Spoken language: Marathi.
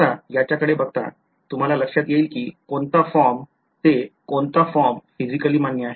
आता याचाकडे बघता तुम्हाला लक्षात येईल कि कोणता फॉर्म ते कोणता फॉर्म physically मान्य आहे